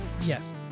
Yes